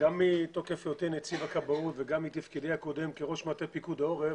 גם מתוקף היותי נציב הכבאות וגם מתפקידי הקודם כראש מטה פיקוד העורף,